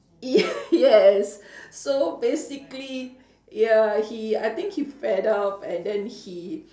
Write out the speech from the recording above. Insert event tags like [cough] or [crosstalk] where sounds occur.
yes [breath] so basically ya he I think he fed up and then he